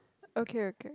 okay okay